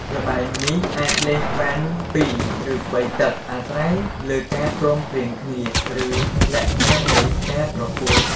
ល្បែងនេះអាចលេងបានពីរ ឬបីទឹក អាស្រ័យលើការព្រមព្រៀងគ្នា ឬលក្ខខណ្ឌនៃការប្រកួត។